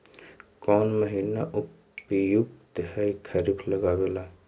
कौन महीना उपयुकत है खरिफ लगावे ला?